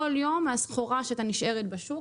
כל יום מהסחורה שהייתה נשארת בשוק,